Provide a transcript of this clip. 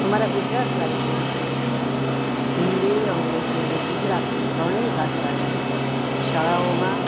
અમારા ગુજરાત રાજ્યમાં હિન્દી અંગ્રેજી અને ગુજરાતી ત્રણેય ભાષાનું શાળાઓમાં